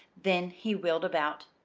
then he wheeled about.